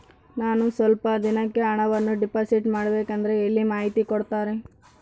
ನಾನು ಸ್ವಲ್ಪ ದಿನಕ್ಕೆ ಹಣವನ್ನು ಡಿಪಾಸಿಟ್ ಮಾಡಬೇಕಂದ್ರೆ ಎಲ್ಲಿ ಮಾಹಿತಿ ಕೊಡ್ತಾರೆ?